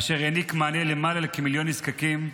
אשר העניק מענה ללמעלה ממיליון נזקקים,